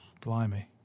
blimey